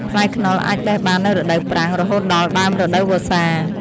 ផ្លែខ្នុរអាចបេះបាននៅរដូវប្រាំង រហូតដល់ដើមរដូវវស្សា។